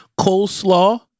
Coleslaw